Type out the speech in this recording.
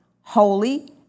holy